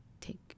take